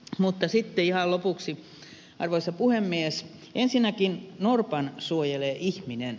mutta sitten ihan lopuksi arvoisa puhemies ensinnäkin norpan suojelee ihminen